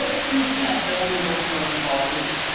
ah two camps that underground promotion falls into.